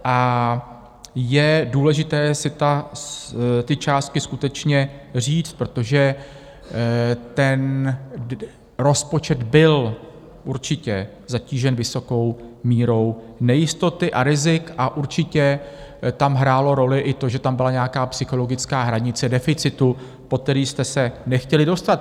A je důležité si ty částky skutečně říct, protože ten rozpočet byl určitě zatížen vysokou mírou nejistoty a rizik a určitě tam hrálo roli i to, že tam byla nějaká psychologická hranice deficitu, pod který jste se nechtěli dostat.